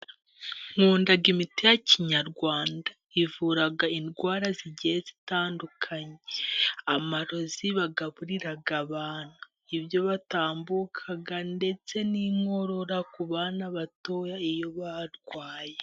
Nkunda imiti ya kinyarwanda ivura indwara zigiye zitandukanye. Amarozi bagaburira abantu, ibyo batambuka ndetse n'inkorora ku bana batoya iyo barwaye.